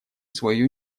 свою